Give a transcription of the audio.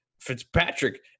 Fitzpatrick